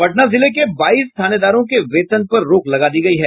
पटना जिला के बाईस थानेदारों के वेतन पर रोक लगा दी गयी है